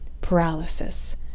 paralysis